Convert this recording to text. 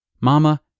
Mama